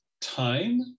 time